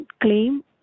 claim